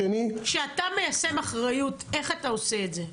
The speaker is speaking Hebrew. כשאתה מיישם אחריות, איך אתה עושה את זה?